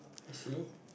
is he